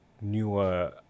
newer